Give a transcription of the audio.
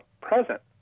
present